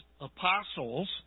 apostles